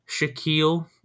Shaquille